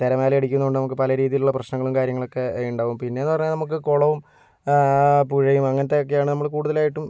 തിരമാല അടിക്കുന്നതുകൊണ്ട് നമ്മൾക്ക് പല രീതിയിലുള്ള പ്രശ്നങ്ങളും കാര്യങ്ങളൊക്കെ ഉണ്ടാവും പിന്നെയെന്നു പറഞ്ഞാൽ നമ്മൾക്ക് കുളവും പുഴയും അങ്ങനത്തെയൊക്കെയാണ് നമ്മൾ കൂടുതലായിട്ടും